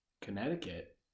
Connecticut